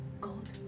God